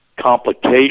complication